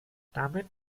damit